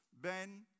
ben